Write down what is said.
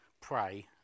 pray